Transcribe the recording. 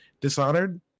dishonored